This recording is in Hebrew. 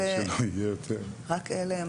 רק אלה?